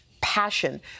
passion